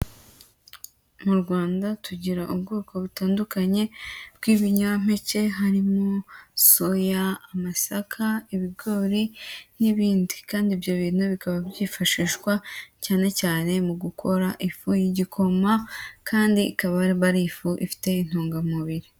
Mu Rwanda tugira ubwoko butandukanye bw'ibinyampeke harimo soya, amasaka, ibigori n'ibindi kandi ibyo bintu bikaba byifashishwa cyane cyane mu gukora ifu y'igikoma kandi ikaba aba ari ifu ifite intungamubiri.